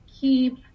keep